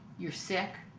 you're sick.